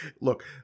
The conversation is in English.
Look